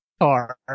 car